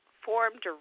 formed